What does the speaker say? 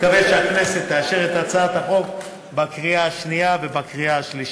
מקווה שהכנסת תאשר את הצעת החוק בקריאה השנייה ובקריאה השלישית.